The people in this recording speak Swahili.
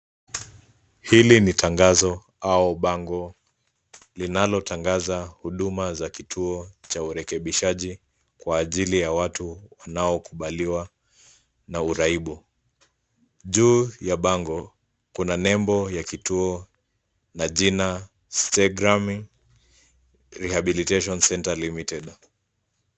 Hili ni tangazo au bango linalotangaza huduma za kituo cha urekebishaji kwa ajili ya watu wanaokubaliwa na uraibu. Juu ya bango kuna nembo ya kituo na jina Stagraming Rehabilitaion Center Limited.